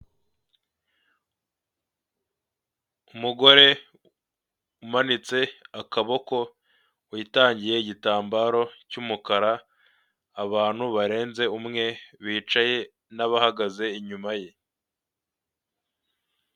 Umugore umanitse akaboko, witangiye igitambaro cy'umukara, abantu barenze umwe bicaye n'abahagaze inyuma ye.